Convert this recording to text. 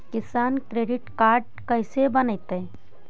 किसान credit card कैसे बनतै?